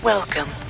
Welcome